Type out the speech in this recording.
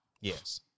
Yes